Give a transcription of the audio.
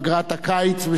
פגרת הקיץ,